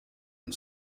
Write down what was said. and